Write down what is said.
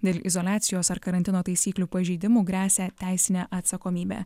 dėl izoliacijos ar karantino taisyklių pažeidimų gresia teisinė atsakomybė